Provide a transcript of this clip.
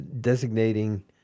designating